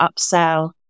upsell